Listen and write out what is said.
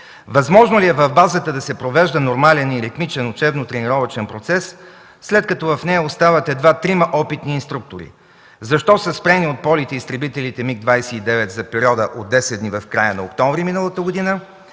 Възможно ли е в базата да се провежда нормален и ритмичен учебно-тренировъчен процес, след като в нея остават едва трима опитни инструктори? Защо са спрени от полети изтребителите МиГ-29 за периода от 10 дни в края на месец октомври миналата година?